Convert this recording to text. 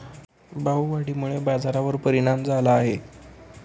भाववाढीमुळे बाजारावर परिणाम झाला आहे